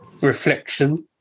reflection